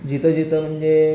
जिथं जिथं म्हणजे